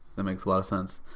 that makes a lot of sense.